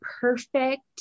perfect